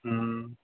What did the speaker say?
हम्म